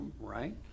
right